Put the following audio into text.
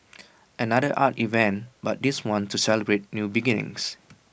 another art event but this one's to celebrate new beginnings